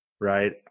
right